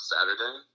Saturday